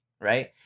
Right